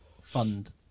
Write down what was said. fund